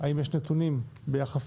האם יש נתונים ביחס